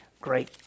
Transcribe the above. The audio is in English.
great